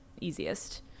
easiest